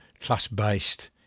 class-based